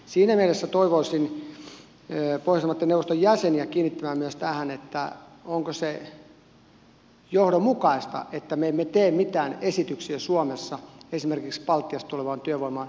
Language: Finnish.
siinä mielessä toivoisin pohjoismaiden neuvoston jäsenten kiinnittävän huomiota tähän onko se johdonmukaista että me emme tee mitään esityksiä suomessa esimerkiksi baltiasta tulevan työvoiman liikkuvuuden johdosta